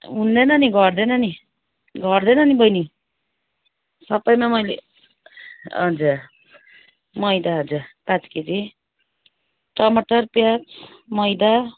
हुँदैन नि घट्दैन नि घट्दैन नि बहिनी सबैमा मैले हजुर मैदा हजुर पाँच केजी टमाटर प्याज मैदा